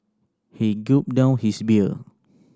he gulped down his beer